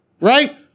right